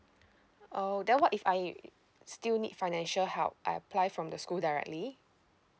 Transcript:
oh then what if I still need financial help I apply from the school directly